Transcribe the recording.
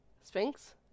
Sphinx